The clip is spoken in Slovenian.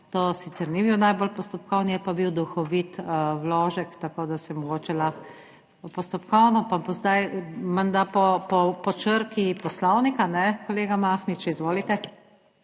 to sicer ni bil najbolj postopkovni, je pa bil duhovit vložek, tako da se mogoče lahko, postopkovno, pa bo zdaj menda po črki Poslovnika, ne? Kolega Mahnič, izvolite.